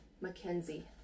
Mackenzie